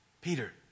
Peter